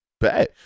bet